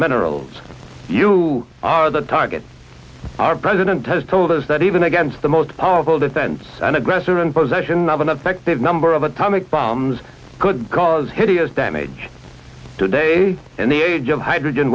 minerals you are the target our president has told us that even against the most powerful defense an aggressor in possession of an effective number of atomic bombs could cause hideous damage today in the age of hydrogen